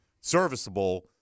serviceable